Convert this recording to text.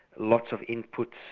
lots of inputs,